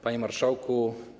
Panie Marszałku!